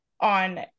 on